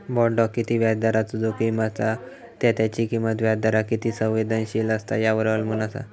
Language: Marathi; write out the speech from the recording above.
बॉण्डाक किती व्याजदराचो जोखीम असता त्या त्याची किंमत व्याजदराक किती संवेदनशील असता यावर अवलंबून असा